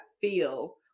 feel